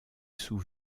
sous